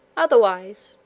otherwise,